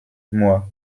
moi